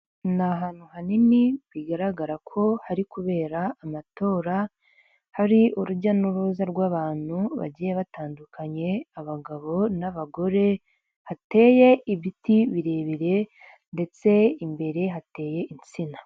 Ni ahantu hanini bigaragara ko hari kubera amatora, hari urujya n'uruza rw'abantu bagiye batandukanye abagabo n'abagore, hateye ibiti birebire ndetse imbere hateye insina.